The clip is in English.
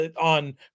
on